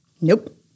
Nope